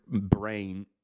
brain